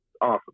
awesome